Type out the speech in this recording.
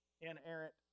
inerrant